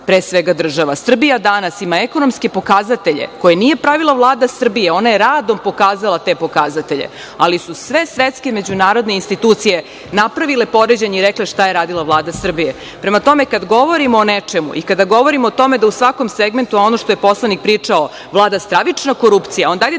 pre svega, država, Srbija danas ima ekonomske pokazatelje koje nije pravila Vlada Srbije, ona je radom pokazala te pokazatelje, ali su sve svetske međunarodne institucije napravile poređenje i rekle šta je radila Vlada Srbije. Prema tome, kada govorimo o nečemu i kada govorimo o tome da u svakom segmentu, a ono što je poslanik pričao, vlada stravična korupcija, hajde